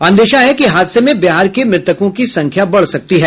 अंदेशा है कि हादसे में बिहार के मृतकों की संख्या बढ़ सकती है